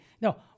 no